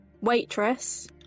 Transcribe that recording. Waitress